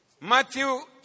Matthew